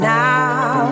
now